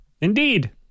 indeed